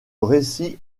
récit